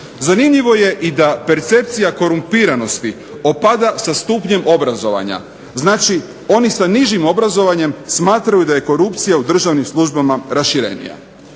Zanimljivo je i da percepcija korumpiranosti opada sa stupnjem obrazovanja, znači oni sa nižim obrazovanjem smatraju da je korupcija u državnim službama raširenija.